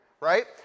right